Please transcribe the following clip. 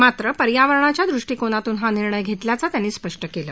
मात्र पर्यावरणाच्या दृष्टीकोनातून हा निर्णय घेतल्याचं त्यांनी स्पष्ट केलं